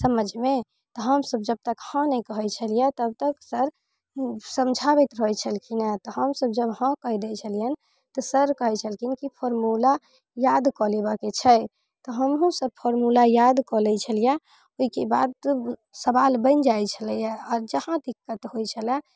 समझमे तऽ हमसब जब तक हँ नहि कहै छलियै तब तक सर समझाबैत रहैत छलखिन हँ तऽ हमसब जब हँ कहि दै छलियनि तऽ सर कहै छलखिन की फॉर्मूला याद कऽ लेबाके छै तऽ हमहुँ सब फॉर्मुला याद कऽ लै छलियै ओइके बाद सवाल बनि जाइ छलै हँ आओर जहाँ दिक्कत होइ छलै